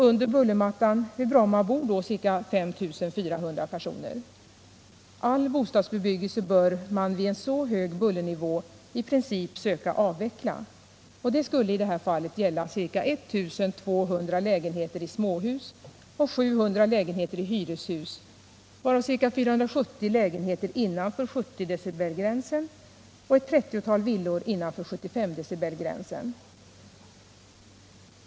Under bullermattan vid Bromma bor då ca 5 400 personer. All bostadsbebyggelse bör man vid en så hög bullernivå i princip söka avveckla, och det skulle i det här fallet gälla ca 1 200 lägenheter i småhus och 700 lägenheter i hyreshus, varav ca 470 lägenheter innanför 70 dB-gränsen och ett 30-tal villor innanför 75 dB-gränsen.